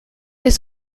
just